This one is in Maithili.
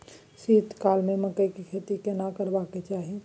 शीत काल में मकई के खेती केना करबा के चाही?